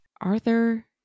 Arthur